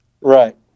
Right